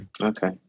Okay